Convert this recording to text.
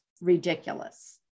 ridiculous